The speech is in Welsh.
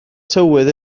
tywydd